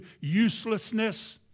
uselessness